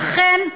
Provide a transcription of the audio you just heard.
לכן,